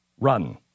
run